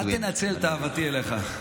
אל תנצל את אהבתי אליך,